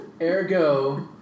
ergo